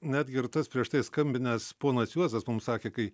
netgi ir tas prieš tai skambinęs ponas juozas mum sakė kai